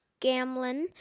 Gamlin